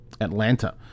Atlanta